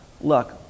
look